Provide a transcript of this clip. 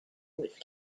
which